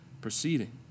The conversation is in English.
proceeding